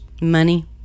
Money